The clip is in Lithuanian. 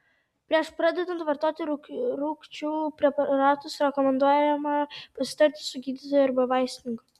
prieš pradedant vartoti rūgčių preparatus rekomenduojama pasitarti su gydytoju arba vaistininku